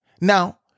Now